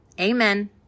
Amen